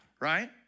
right